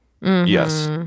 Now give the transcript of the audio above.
Yes